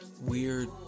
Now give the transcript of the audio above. Weird